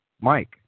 Mike